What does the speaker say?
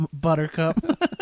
Buttercup